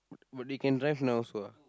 but they can drive now also ah